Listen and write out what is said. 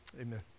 Amen